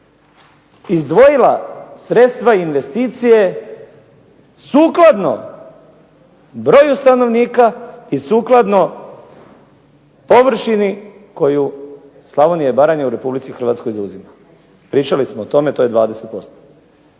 izdvojila sredstava i investicije sukladno broju stanovnika i sukladno površini koju Slavonija i Baranja u Republici Hrvatskoj zauzima. Pričali smo o tome to je 20%.